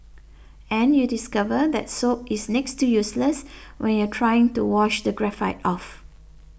and you discover that soap is next to useless when you're trying to wash the graphite off